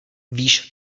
víš